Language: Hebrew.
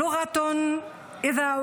(אומרת דברים בשפה